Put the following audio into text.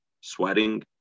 sweating